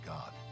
God